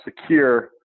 secure